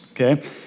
okay